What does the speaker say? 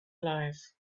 life